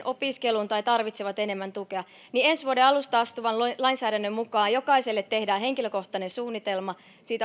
opiskeluun tai tarvitsevat enemmän tukea ensi vuoden alusta voimaan astuvan lainsäädännön mukaan jokaiselle tehdään henkilökohtainen suunnitelma